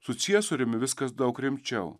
su ciesoriumi viskas daug rimčiau